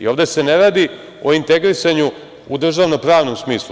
Ovde se ne radi o integrisanju u državno-pravnom smislu.